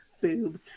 boob